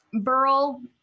Burl